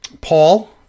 Paul